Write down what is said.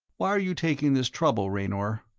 why are you taking this trouble, raynor?